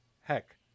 heck